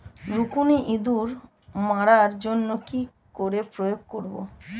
রুকুনি ইঁদুর মারার জন্য কি করে প্রয়োগ করব?